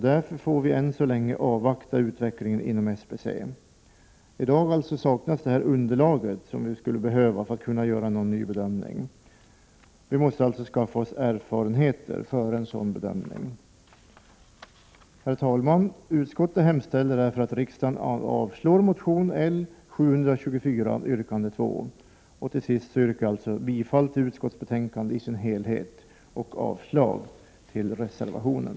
Därför får vi än så länge avvakta utvecklingen inom SBC. Vi saknar i dag det underlag vi skulle behöva för att göra en ny bedömning. Vi måste skaffa oss.erfarenheter för en sådan bedömning. Herr talman! Utskottet hemställer därför att riksdagen avslår motion L724 yrkande 2. Till sist yrkar jag bifall till utskottets hemställan i dess helhet och avslag på reservationen.